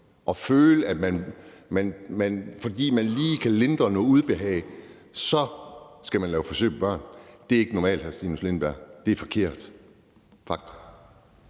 at føle, at man, fordi man lige kan lindre noget ubehag, så skal lave forsøg på børn. Det er ikke normalt, hr. Stinus Lindgreen. Det er forkert –